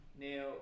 Now